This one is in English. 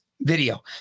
video